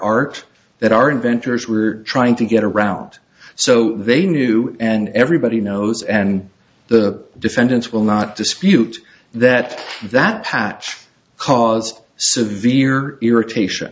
art that are inventors were trying to get around so they knew and everybody knows and the defendants will not dispute that that patch cause severe irritation